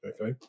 okay